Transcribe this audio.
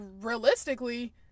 realistically